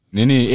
Nini